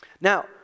Now